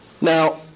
Now